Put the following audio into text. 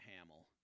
Hamill